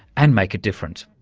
and make it different?